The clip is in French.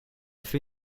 fait